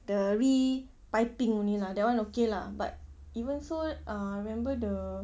the re-piping only lah that [one] okay lah but even so uh remember the